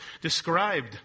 described